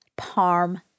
parm